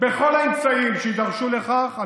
ננקוט את כל האמצעים שיידרשו לכך.